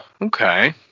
Okay